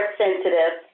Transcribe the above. sensitive